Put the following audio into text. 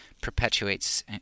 perpetuates